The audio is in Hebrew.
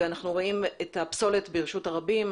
אנחנו רואים את הפסולת ברשות הרבים,